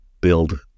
build